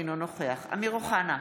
אינו נוכח אמיר אוחנה,